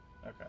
okay